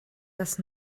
das